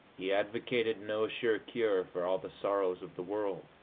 he advocated no sure cure for all the sorrows of the world,